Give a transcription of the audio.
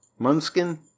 Munskin